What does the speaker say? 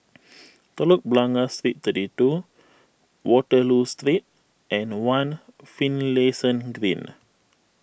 Telok Blangah Street thirty two Waterloo Street and one Finlayson Green